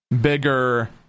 bigger